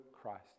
Christ